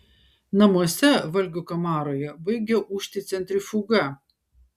namuose valgių kamaroje baigia ūžti centrifuga